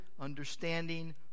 understanding